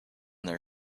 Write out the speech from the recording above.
their